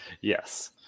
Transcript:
Yes